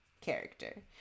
character